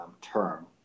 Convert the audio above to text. term